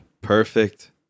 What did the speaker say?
Perfect